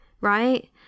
right